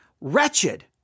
wretched